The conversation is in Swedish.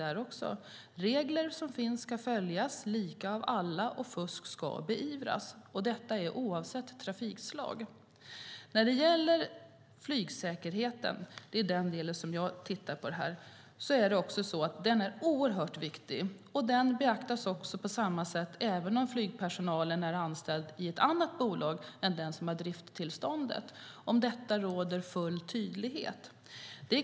De regler som finns ska följas lika av alla, och fusk ska beivras. Det gäller oavsett trafikslag. Flygsäkerheten, som är den del jag tittar på, är oerhört viktig. Den ska beaktas på samma sätt även om flygpersonalen är anställd i ett annat bolag än det som har drifttillståndet. Om detta råder full tydlighet.